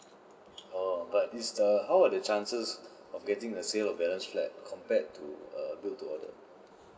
oh but is the err how are the chances of getting the sale of balance flat compared to a build to order